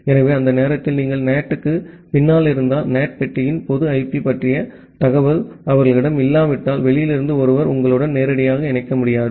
எனவே அந்த நேரத்தில் நீங்கள் NAT க்கு பின்னால் இருந்தால் NAT பெட்டியின் பொது ஐபி பற்றிய தகவல் அவர்களிடம் இல்லாவிட்டால் வெளியில் இருந்து ஒருவர் உங்களுடன் நேரடியாக இணைக்க முடியாது